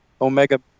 Omega